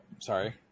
sorry